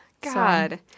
God